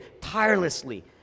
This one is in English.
tirelessly